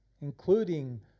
including